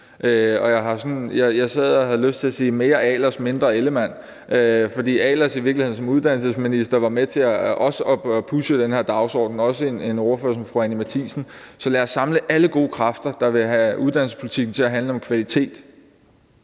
og havde lyst til at sige mere Ahlers, mindre Ellemann, fordi Ahlers i virkeligheden som uddannelsesminister var med til at pushe den her dagsorden – ligesom også en ordfører som fru Anni Matthiesen. Så lad os samle alle gode kræfter, der vil have uddannelsespolitikken til at handle om kvalitet.